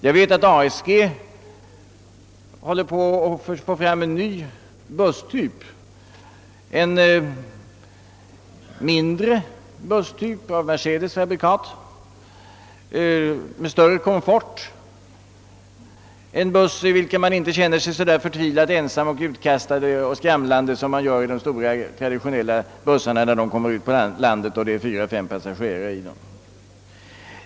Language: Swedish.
Jag vet att ASG håller på att få fram en ny, mindre busstyp — av Mercedes fabrikat — med större komfort, en buss i vilken man inte känner sig så där förtvivlat ensam, utkastad och skramlande som i bussarna av traditionell typ, när de används ute på landet och det är bara fyra, fem passagerare.